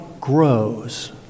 grows